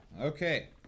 Okay